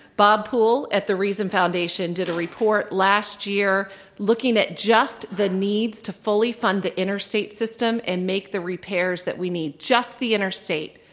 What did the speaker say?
bob poole at the reesen foundation did a report last year looking at just the needs to fully fund the interstate system and make the repairs that we need just the interstate.